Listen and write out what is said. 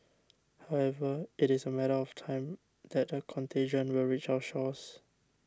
however it is a matter of time that the contagion will reach our shores